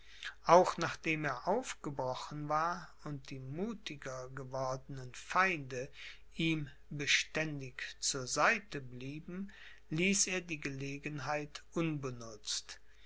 auch nachdem er aufgebrochen war und die muthiger gewordenen feinde ihm beständig zur seite blieben ließ er die gelegenheit unbenutzt